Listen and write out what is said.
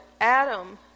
Adam